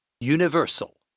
universal